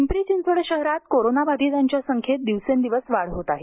पिंपरी चिंचवड शहरात कोरोना बाधितांच्या संख्येत दिवसेंदिवस वाढ होत आहे